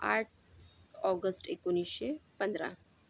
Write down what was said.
आठ ऑगस्ट एकोणीसशे पंधरा